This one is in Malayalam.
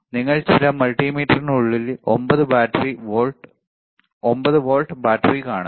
നിങ്ങൾ ചില മൾട്ടിമീറ്ററുകളിൽ 9 വോൾട്ട് ബാറ്ററി കാണുന്നു